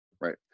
Right